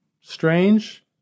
strange